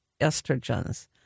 estrogens